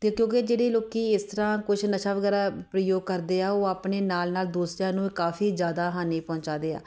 ਅਤੇ ਕਿਉਂਕਿ ਜਿਹੜੇ ਲੋਕ ਇਸ ਤਰ੍ਹਾਂ ਕੁਛ ਨਸ਼ਾ ਵਗੈਰਾ ਪ੍ਰਯੋਗ ਕਰਦੇ ਆ ਉਹ ਆਪਣੇ ਨਾਲ ਨਾਲ ਦੂਸਰਿਆਂ ਨੂੰ ਕਾਫੀ ਜ਼ਿਆਦਾ ਹਾਨੀ ਪਹੁੰਚਾਉਂਦੇ ਆ